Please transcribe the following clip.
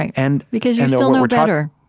and because you still know better.